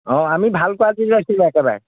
অঁ আমি ভাল কোৱালিটিটো ৰাখিছোঁ একেবাৰে